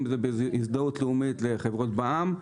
אם זה בהזדהות לחברות בע"מ,